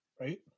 right